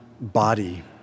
body